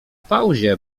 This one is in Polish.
pauzie